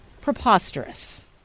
preposterous